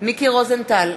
מיקי רוזנטל,